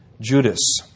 Judas